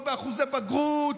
לא באחוזי בגרות,